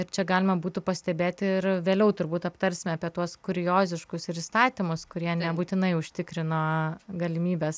ir čia galima būtų pastebėti ir vėliau turbūt aptarsime apie tuos kurioziškus ir įstatymus kurie nebūtinai užtikrina galimybes